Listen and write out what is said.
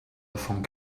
davon